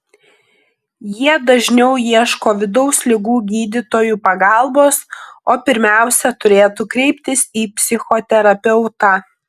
jie dažniau ieško vidaus ligų gydytojų pagalbos o pirmiausia turėtų kreiptis į psichoterapeutą